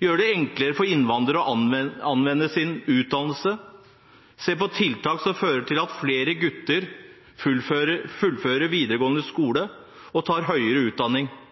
vi gjør det enklere for innvandrere å anvende sin utdannelse, og vi ser på tiltak som fører til at flere gutter fullfører videregående skole og tar høyere utdanning.